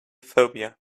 phobia